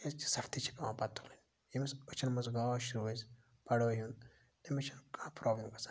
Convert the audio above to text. کیٛازکہِ سَختی چھِ پٮ۪وان پَتہٕ تُلٕنۍ ییٚمِس أچھَن منٛز گاش روزِ پَڑٲے ہُنٛد تٔمِس چھِنہٕ کانٛہہ پرٛابلِم گَژھان پَتہٕ